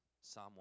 Psalm